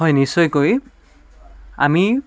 হয় নিশ্চয়কৈ আমি